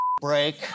break